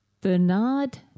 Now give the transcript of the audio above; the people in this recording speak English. Bernard